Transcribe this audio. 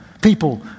people